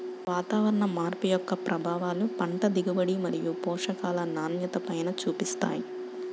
వాతావరణ మార్పు యొక్క ప్రభావాలు పంట దిగుబడి మరియు పోషకాల నాణ్యతపైన చూపిస్తాయి